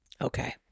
Okay